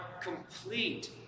complete